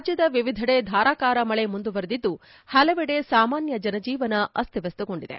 ರಾಜ್ಯದ ವಿವಿಧೆದೆ ಧಾರಾಕಾರ ಮಳೆ ಮುಂದುವರಿದಿದ್ದು ಹಲವೆದೆ ಸಾಮಾನ್ಯ ಜನಜೀವನ ಅಸ್ತವ್ಯಸ್ತಗೊಂಡಿದೆ